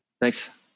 Thanks